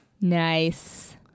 Nice